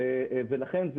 לכן,